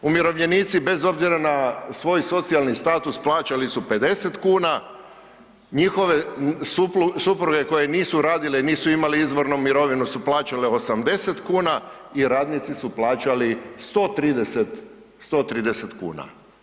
Umirovljenici bez obzira na svoj socijalni status plaćali su 50,00 kuna, njihove supruge koje nisu radile nisu imale izvornu mirovinu su plaćale 80,00 i radnici su plaćali 130,00 kuna.